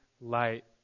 light